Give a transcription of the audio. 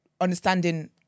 understanding